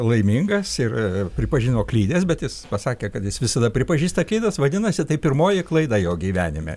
laimingas ir pripažino klydęs bet jis pasakė kad jis visada pripažįsta klaidas vadinasi tai pirmoji klaida jo gyvenime